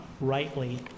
rightly